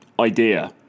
idea